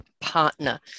Partner